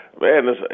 man